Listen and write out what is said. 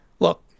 Look